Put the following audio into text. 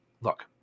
look